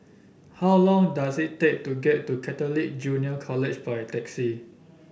how long does it take to get to Catholic Junior College by taxi